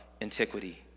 antiquity